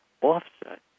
offset